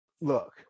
look